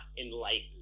enlightened